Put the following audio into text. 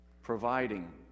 providing